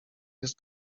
jest